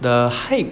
the hype